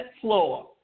floor